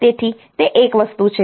તેથી તે એક વસ્તુ છે